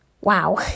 wow